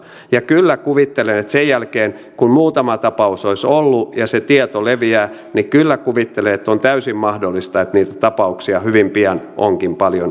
ja sen jälkeen kun muutama tapaus olisi ollut ja se tieto leviää niin kyllä kuvittelen että on täysin mahdollista että niitä tapauksia hyvin pian onkin paljon enemmän